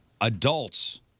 Adults